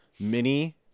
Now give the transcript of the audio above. mini